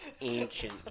ancient